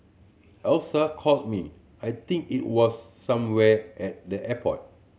Alyssa called me I think it was somewhere at the airport